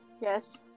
yes